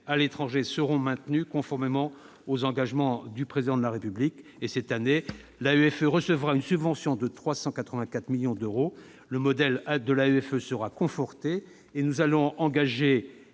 à l'étranger seront maintenus, conformément aux engagements du Président de la République. L'AEFE recevra ainsi une subvention de 384 millions d'euros. Le modèle de l'Agence sera conforté, et nous engagerons